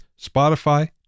Spotify